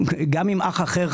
גם אם אח אחר,